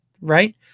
right